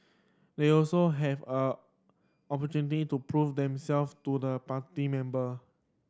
they also have a opportunity to prove them self to the party member